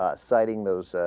ah citing those ah.